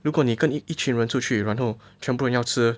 如果你跟一群人出去然后全部人要吃